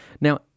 Now